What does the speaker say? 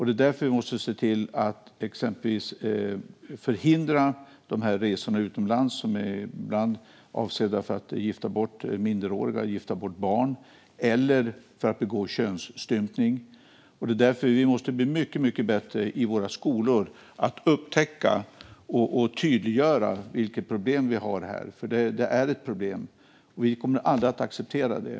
Det är därför vi måste se till att exempelvis förhindra de resor utomlands som ibland görs för att minderåriga - barn - ska giftas bort eller utsättas för könsstympning. Vi måste bli mycket, mycket bättre i våra skolor på att upptäcka och tydliggöra de problem vi har på det här området. Det är nämligen ett problem, och vi kommer aldrig att acceptera det.